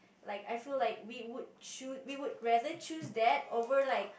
like I feel like we would cho~ we would rather choose that over like